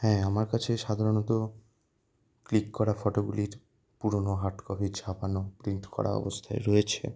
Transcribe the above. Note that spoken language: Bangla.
হ্যাঁ আমার কাছে সাধারণত ক্লিক করা ফটোগুলির পুরোনো হার্ড কপি ছাপানো প্রিন্ট করা অবস্থায় রয়েছে